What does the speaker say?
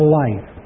life